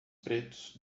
pretos